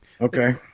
Okay